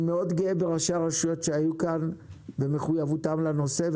אני מאוד גאה בראשי הרשויות שהיו כאן ובמחויבותם לנושא.